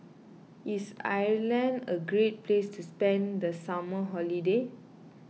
is Ireland a great place to spend the summer holiday